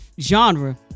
genre